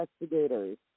investigators